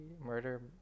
murder